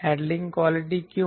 handling quality क्यों